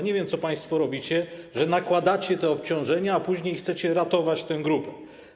Nie wiem, co państwo robicie, że nakładacie te obciążenia, a później chcecie ratować tę grupę.